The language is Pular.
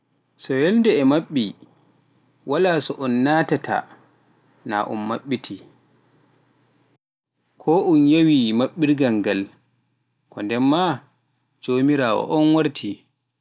So yolnde e maɓɓi waala so un naatata na un maɓɓiti, ko un yewi maɓɓirgal ngal konden ma jomirawoo on warti.